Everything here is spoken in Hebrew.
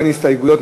באין הסתייגויות,